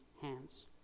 hands